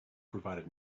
provided